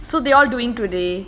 so they all doing today